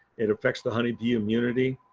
it affects the honeybee immunity.